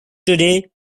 today